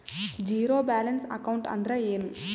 Zero balance account ಅಂದ್ರ ಏನು?